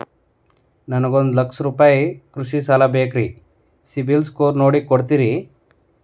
ನನಗೊಂದ ಲಕ್ಷ ರೂಪಾಯಿ ಕೃಷಿ ಸಾಲ ಬೇಕ್ರಿ ಸಿಬಿಲ್ ಸ್ಕೋರ್ ನೋಡಿ ಕೊಡ್ತೇರಿ?